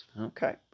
Okay